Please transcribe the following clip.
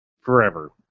forever